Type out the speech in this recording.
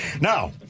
Now